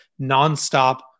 nonstop